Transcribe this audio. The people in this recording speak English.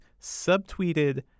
subtweeted